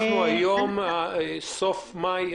אנחנו בסוף מאי.